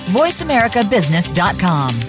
voiceamericabusiness.com